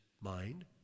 mind